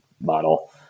Model